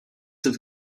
have